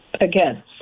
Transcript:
Again